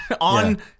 on